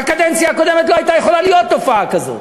בקדנציה הקודמת לא הייתה יכולה להיות תופעה כזאת.